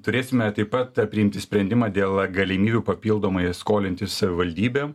turėsime taip pat priimti sprendimą dėl galimybių papildomai skolintis savivaldybėm